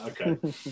Okay